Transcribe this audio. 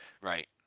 Right